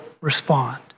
respond